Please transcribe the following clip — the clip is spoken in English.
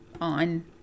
on